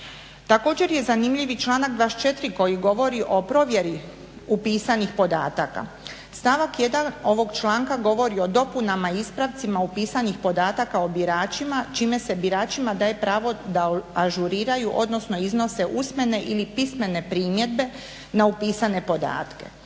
Također je zanimljiv i članak 24. koji govori o provjeri upisanih podataka. Stavak 1. ovog članka govori o dopunama i ispravcima upisanih podataka o biračima čime se biračima daje pravo da ažuriraju, odnosno iznose usmene ili pismene primjedbe na upisane podatke.